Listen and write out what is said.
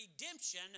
redemption